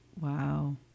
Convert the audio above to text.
wow